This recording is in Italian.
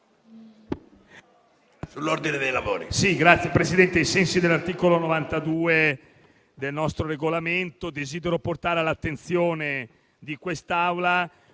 Signor Presidente, ai sensi dell'articolo 92 del nostro Regolamento, desidero portare all'attenzione di quest'Assemblea